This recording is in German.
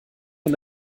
von